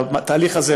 שהתהליך הזה,